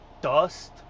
dust